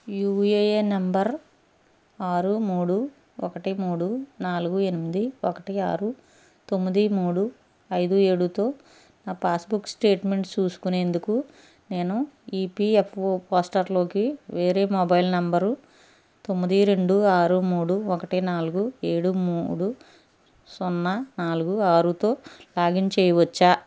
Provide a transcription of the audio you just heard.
UAN number ఆరు మూడు ఒకటి మూడు నాలుగు ఎనిమిది ఒకటి ఆరు తొమ్మిది మూడు ఐదు ఏడుతో నా పాస్బుక్ స్టేట్మెంట్ చూసుకునేందుకు నేను ఈపిఎఫ్ఓ పోస్టర్లోకి వేరే మొబైల్ నంబర్ తొమ్మిది రెండు ఆరు మూడు ఒకటి నాలుగు ఏడు మూడు సున్నా నాలుగు ఆరుతో లాగిన్ చేయవచ్చా